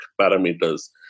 parameters